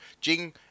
Jing